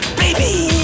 baby